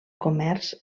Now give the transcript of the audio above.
comerç